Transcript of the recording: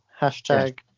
hashtag